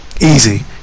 Easy